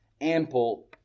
ample